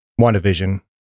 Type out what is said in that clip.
WandaVision